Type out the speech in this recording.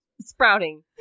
sprouting